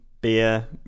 beer